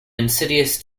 insidious